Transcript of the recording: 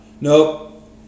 nope